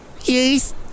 Yes